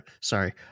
Sorry